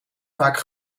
vaak